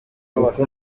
uko